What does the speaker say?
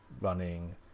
running